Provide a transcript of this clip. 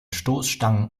stoßstangen